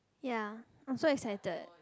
ya I'm so excited